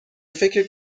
فکر